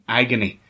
agony